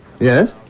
Yes